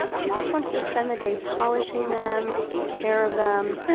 she just wants to spend the day polishing them, taking care of them